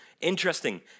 interesting